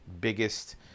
biggest